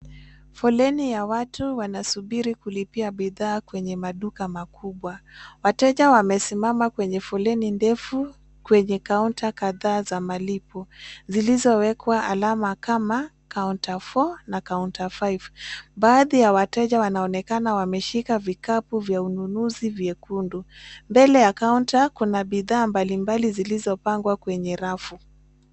Foleni ya watu wanasubiri kulipia bidhaa kwenye maduka makubwa, wateja wamesimama kwenye foleni ndefu kwenye counter kadhaa za malipo, zilizowekwa alama kama 'Counter 4' na 'Counter 5'. Baadhi ya wateja wanaonekana wameshika vikapu vya ununuzi vyekundu mbele ya Counter kuna bidhaa mbali mbali zilizopangwa kwenye rafu.